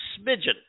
smidgen